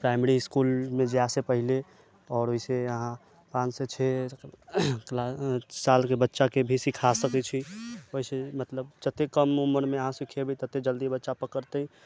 primary इस्कुलमे जायसँ पहिने आओर ओहिसँ अहाँ पाँचसँ छओ क्ला सालके बच्चाकेँ भी सिखा सकै छी ओहिसँ मतलब जतेक कम उम्रमे अहाँ सिखेबै ततेक जल्दी बच्चा पकड़तै